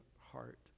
heart